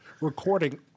recording